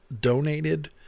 donated